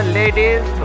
ladies